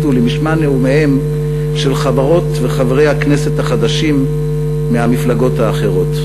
ולמשמע נאומיהם של חברות וחברי הכנסת החדשים מהמפלגות האחרות.